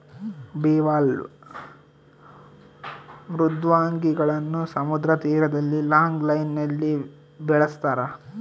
bivalve ಮೃದ್ವಂಗಿಗಳನ್ನು ಸಮುದ್ರ ತೀರದಲ್ಲಿ ಲಾಂಗ್ ಲೈನ್ ನಲ್ಲಿ ಬೆಳಸ್ತರ